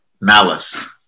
malice